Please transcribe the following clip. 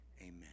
amen